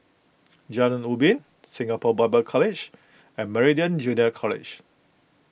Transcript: Jalan Ubin Singapore Bible College and Meridian Junior College